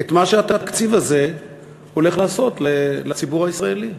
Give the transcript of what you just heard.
את מה שהתקציב הזה הולך לעשות לציבור הישראלי.